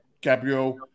Gabriel